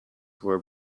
were